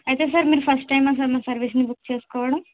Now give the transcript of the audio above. అయితే సార్ మీరు first time ఆ సార్ మా సర్వీస్ ని బుక్ చేసుకోవడం